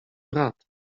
brat